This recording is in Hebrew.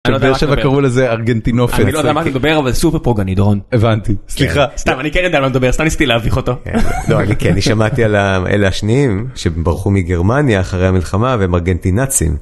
בבאר שבע קראו לזה "ארגנטי נופל" אבל סופר פרוגנידרון הבנתי סליחה סתם אני כן יודע לדבר סתם ניסיתי להביך אותו אני שמעתי על האלה שנים שברחו מגרמניה אחרי המלחמה והם ארגנטי נאצים.